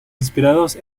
inspirados